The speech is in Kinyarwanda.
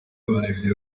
oliver